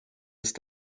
ist